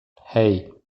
hei